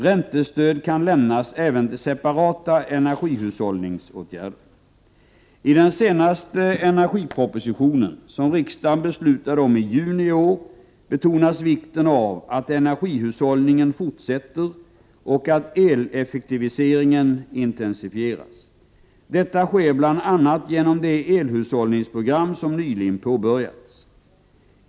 Räntestöd kan lämnas även till separata energihushållningsåtgärder. I den senaste energipropositionen, som riksdagen beslutade om i juni i år, betonas vikten av att energihushållningen fortsätter och att eleffektiviseringen intensifieras. Detta sker bl.a. genom det elhushållningsprogram som nyligen påbörjats.